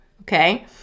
okay